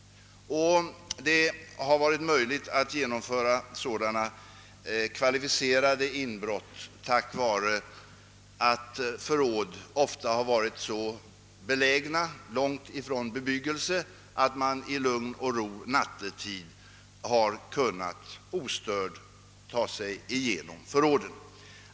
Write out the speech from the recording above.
Det har varit möjligt att genom föra sådana kvalificerade inbrott på grund av att förråden ofta varit belägna långt bort från bebyggelse, så att man i lugn och ro nattetid har kunnat ta sig in i dem.